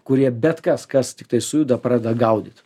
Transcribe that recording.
kurie bet kas kas tiktai sujuda pradeda gaudyt